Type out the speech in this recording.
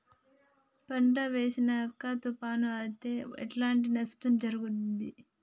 పంట వేసినంక తుఫాను అత్తే ఎట్లాంటి నష్టం జరుగుద్ది?